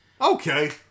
Okay